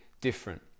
different